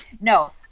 No